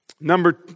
Number